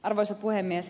arvoisa puhemies